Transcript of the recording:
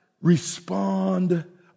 respond